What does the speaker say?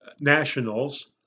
nationals